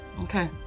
Okay